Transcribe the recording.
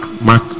mark